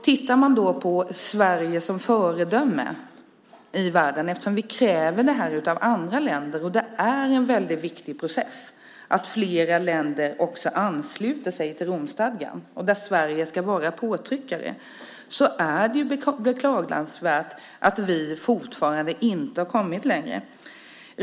Med tanke på att Sverige ska vara ett föredöme i världen - vi kräver ju detta av andra länder, och att flera länder ansluter sig till Romstadgan är en väldigt viktig process där Sverige ska vara pådrivare - är det beklagansvärt att vi fortfarande inte har kommit längre.